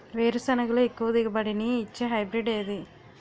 వేరుసెనగ లో ఎక్కువ దిగుబడి నీ ఇచ్చే హైబ్రిడ్ ఏది?